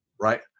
Right